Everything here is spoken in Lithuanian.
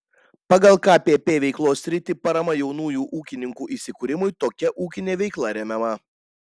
pagal kpp veiklos sritį parama jaunųjų ūkininkų įsikūrimui tokia ūkinė veikla remiama